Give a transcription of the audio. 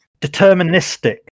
Deterministic